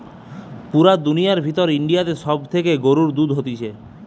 পুরা দুনিয়ার ভিতর ইন্ডিয়াতে সব থেকে গরুর দুধ হতিছে